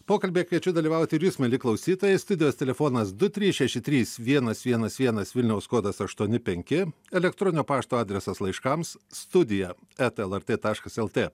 pokalbyje kviečiu dalyvauti ir jūs mieli klausytojai studijos telefonas du trys šeši trys vienas vienas vienas vilniaus kodas aštuoni penki elektroninio pašto adresas laiškams studija eta lrt taškas lt